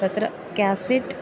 तत्र केसेट्